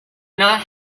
not